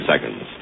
seconds